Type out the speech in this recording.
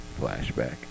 flashback